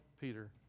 Peter